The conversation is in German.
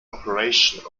operation